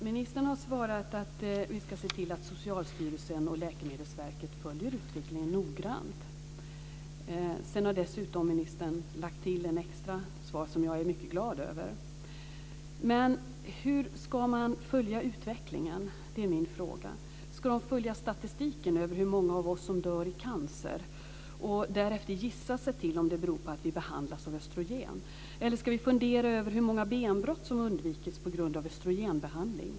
Ministern har svarat att man ska se till att Socialstyrelsen och Läkemedelsverket följer utvecklingen noggrant. Sedan har ministern dessutom lagt till lite extra i svaret, som jag är mycket glad över. Men hur ska man följa utvecklingen? Det är min fråga. Ska man följa statistiken över hur många av oss som dör i cancer och därefter gissa sig till om det beror på att vi har behandlats med östrogen? Eller ska man fundera över hur många benbrott som har undvikits på grund av östrogenbehandling?